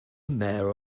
mayor